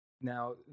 Now